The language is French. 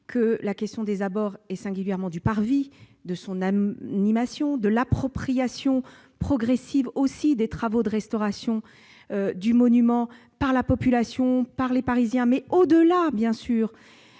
que la question des abords et singulièrement du parvis, de son animation, de l'appropriation progressive des travaux de restauration du monument par la population parisienne et au-delà, ne peut